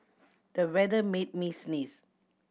the weather made me sneeze